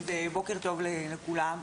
בוקר טוב לכולם.